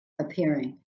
appearing